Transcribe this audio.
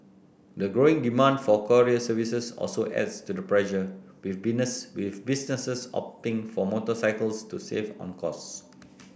the growing demand for courier services also adds to the pressure with with businesses opting for motorcycles to save on costs